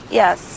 yes